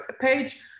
page